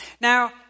Now